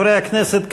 חברי הכנסת,